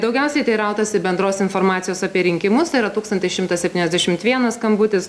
daugiausiai teirautasi bendros informacijos apie rinkimus yra tūkstantis šimtas septyniasdešimt vienas skambutis